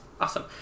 awesome